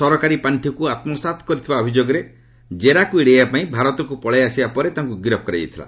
ସରକାରୀ ପାଞ୍ଚିକୁ ଆତ୍ମସାତ୍ କରିଥିବା ଅଭିଯୋଗରେ ଜେରାକୁ ଏଡ଼େଇବାପାଇଁ ଭାରତକୁ ପଳାଇ ଆସିବା ପରେ ତାଙ୍କୁ ଗିରଫ କରାଯାଇଥିଲା